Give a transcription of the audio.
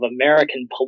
American